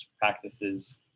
practices